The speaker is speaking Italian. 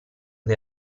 dei